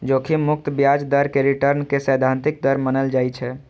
जोखिम मुक्त ब्याज दर कें रिटर्न के सैद्धांतिक दर मानल जाइ छै